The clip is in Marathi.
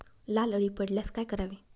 लाल अळी पडल्यास काय करावे?